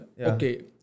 Okay